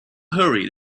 hurry